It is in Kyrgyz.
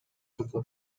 турду